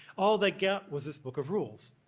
all they got was this book of rules.